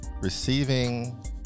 receiving